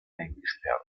eingesperrt